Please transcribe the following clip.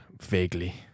vaguely